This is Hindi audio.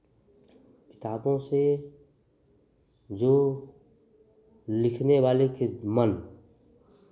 किताबों से जो लिखने वाले के मन